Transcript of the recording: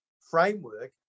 framework